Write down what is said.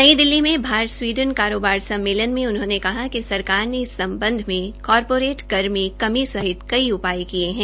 नई दिल्ली में भारत स्वीडन कारोबर सम्मेलन में उन्होंने कहा कि सरकार ने इस सम्बध में कारॅपोरेट कर में कमी सहित कई उपायें किये है